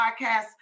podcast